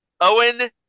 Owen